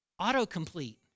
Autocomplete